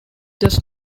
does